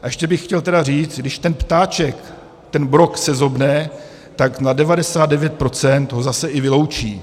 A ještě bych chtěl říct když ten ptáček ten brok sezobne, tak na 99 procent ho zase i vyloučí.